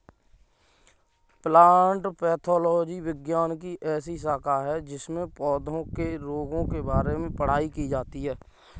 plant pathology विज्ञान की ऐसी शाखा है जिसमें पौधों के रोगों के बारे में पढ़ाई की जाती है